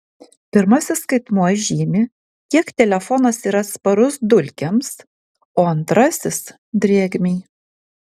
pirmasis skaitmuo žymi kiek telefonas yra atsparus dulkėms o antrasis drėgmei